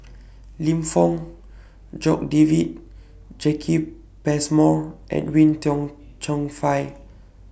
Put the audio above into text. Lim Fong Jock David Jacki Passmore Edwin Tong Chun Fai